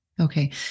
Okay